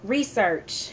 Research